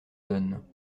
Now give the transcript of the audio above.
donne